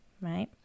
right